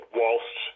whilst